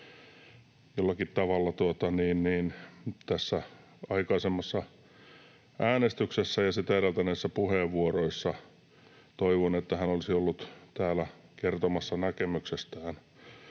Jollakin tavalla tästä aikaisemmasta äänestyksestä ja sitä edeltäneistä puheenvuoroista toivoin, että hän olisi ollut täällä kertomassa näkemyksestään.